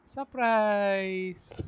Surprise